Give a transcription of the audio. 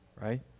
right